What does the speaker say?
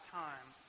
time